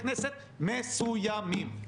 אני לא בטוח שעברו שלוש דקות.